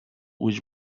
which